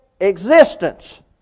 existence